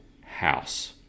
house